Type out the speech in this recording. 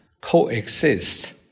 coexist